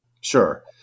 Sure